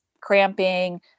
cramping